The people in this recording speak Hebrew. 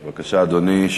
בבקשה, אדוני.